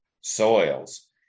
soils